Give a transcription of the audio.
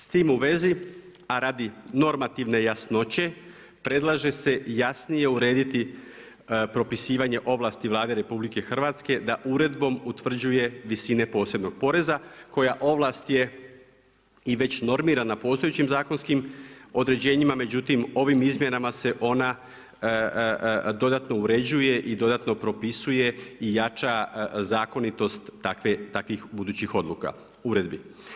S tim u vezi, a radi normativne jasnoće predlaže se jasnije urediti propisivanje ovlasti Vlade RH da uredbom utvrđuje visine posebnog poreza koja ovlast je i već normirana postojećim zakonskim određenjima, međutim ovim izmjenama se ona dodatno uređuje i dodatno propisuje i jača zakonitost takvih budućih uredbi.